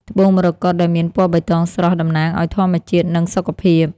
ត្បូងមរកតដែលមានពណ៌បៃតងស្រស់ តំណាងឱ្យធម្មជាតិ និងសុខភាព។